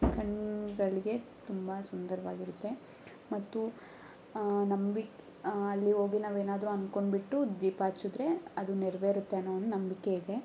ಕಣ್ಣುಗಳಿಗೆ ತುಂಬ ಸುಂದರವಾಗಿರುತ್ತೆ ಮತ್ತು ನಂಬಿ ಅಲ್ಲಿ ಹೋಗಿ ನಾವು ಏನಾದ್ರೂ ಅಂದ್ಕೊಂಬಿಟ್ಟು ದೀಪ ಹಚ್ಚದ್ರೆ ಅದು ನೆರವೇರುತ್ತೆ ಅನ್ನೋ ಒಂದು ನಂಬಿಕೆ ಇದೆ